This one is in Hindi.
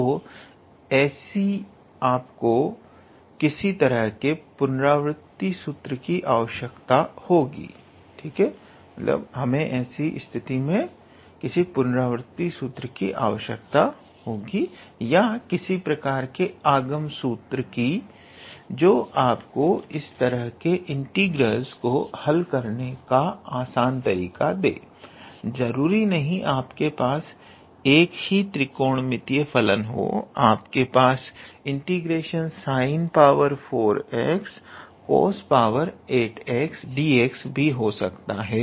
तो ऐसी स्थिति मे आपको किसी तरह के पुनरावृत सूत्र की आवश्यकता होगी या किसी प्रकार के आगम सूत्र की जो आपको इस तरह के इंटीग्रलस को हल करने का आसान तरीका दे जरूरी नहीं आपके पास एक ही त्रिकोणमितीय फलन हो आपके पास ∫ 𝑠𝑖𝑛4𝑥𝑐𝑜𝑠8𝑥𝑑𝑥 भी हो सकता है